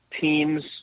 teams